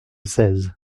seize